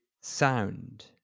sound